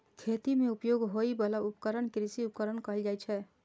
खेती मे उपयोग होइ बला उपकरण कें कृषि उपकरण कहल जाइ छै